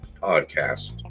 podcast